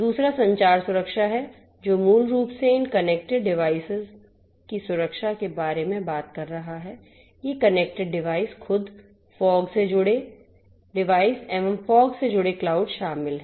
दूसरा संचार सुरक्षा है जो मूल रूप से इन कनेक्टेड डिवाइसों की सुरक्षा के बारे में बात कर रहा है ये कनेक्टेड डिवाइस खुद फोग से जुड़े डिवाइस एवं फोग से जुड़े क्लाउड शामिल हैं